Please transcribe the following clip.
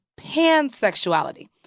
pansexuality